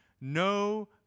no